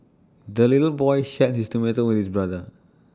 the little boy shared his tomato with his brother